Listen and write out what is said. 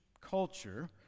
culture